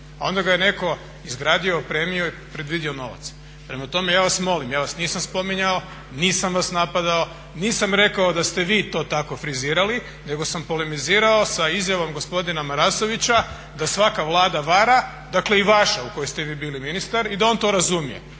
onda ga je netko izgradio, opremio i predvidio novac. Prema tome ja vas molim, ja vas nisam spominjao, nisam vas napadao, nisam rekao da ste vi to tako frizirali nego sam polemizirao sa izjavom gospodina Marasovića da svaka Vlada vara, dakle i vaša u kojoj ste vi bili ministar, i da on to razumije.